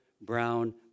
brown